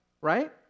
right